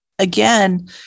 Again